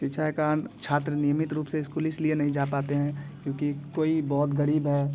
शिक्षा के कारण छात्र नियमित रूप से इस्कूल इसलिए नहीं जा पाते हैं क्योकि कोई बहुत गरीब है